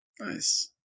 Nice